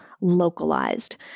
localized